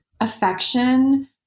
affection